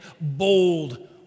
bold